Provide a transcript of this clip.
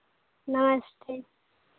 नमस्ते